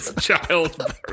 child